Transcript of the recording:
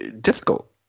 difficult